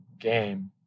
game